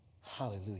Hallelujah